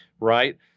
right